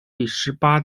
第十八